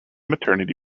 maternity